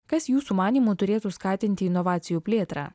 kas jūsų manymu turėtų skatinti inovacijų plėtrą